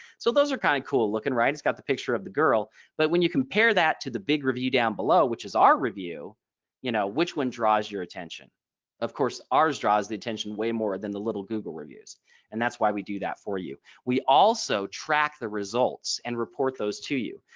so those are kind of cool looking right has got the picture of the girl but when you compare that to the big review down below which is our review you know which one draws your attention of course, course, ours draws the attention way more than the little google reviews and that's why we do that for you we also track the results and report those to you.